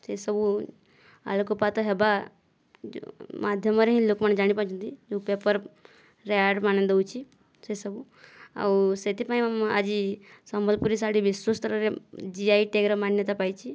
ସେସବୁ ଆଲୋକପାତ ହେବା ମାଧ୍ୟମରେ ହିଁ ଲୋକମାନେ ଜାଣି ପାରୁଛନ୍ତି ଯେଉଁ ପେପର୍ରେ ଆଡ଼୍ ମାନେ ଦେଉଛି ସେସବୁ ଆଉ ସେଥିପାଇଁ ଆଜି ସମ୍ବଲପୁରୀ ଶାଢ଼ୀ ବିଶ୍ଵ ସ୍ତରରେ ଜି ଆଇ ଟ୍ୟାଗ୍ର ମାନ୍ୟତା ପାଇଛି